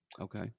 Okay